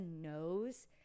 knows